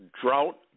drought